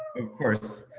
of course,